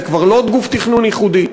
זה כבר לא גוף תכנון ייחודי.